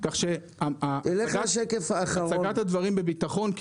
כך שהצגת הדברים בביטחון,